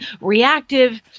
reactive